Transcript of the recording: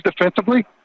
defensively